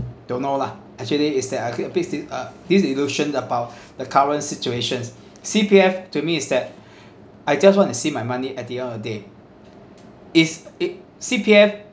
don't know lah actually is that I keep on still uh this illusion about the current situations C_P_F to me is that I just want to see my money at the end of the day is it C_P_F